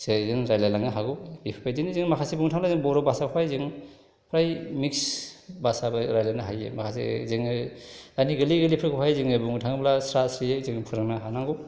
जेरै जों रायज्लायलांनो हागौ बेफोरबायदिनो जों माखासे बुंनो थाङोब्ला बर' भाषाखौहाय जों फ्राय मिक्स भाषाबो रायज्लायनो हायो माखासे जोङो दानि गोरलै गोरलैफोरखौहाय जोङो बुंनो थाङोब्ला स्रा स्रियै फोरोंनो हानांगौ